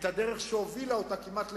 את הדרך שהובילה אותה כמעט לקריסה,